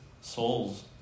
souls